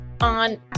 on